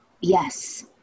Yes